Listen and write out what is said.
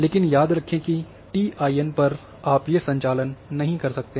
लेकिन याद रखें कि टी आई एन पर आप ये संचालन नहीं कर सकते